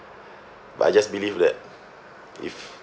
but I just believe that if